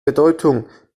bedeutung